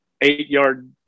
eight-yard